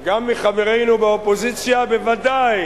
גם מחברינו באופוזיציה, בוודאי